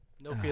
No